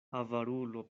avarulo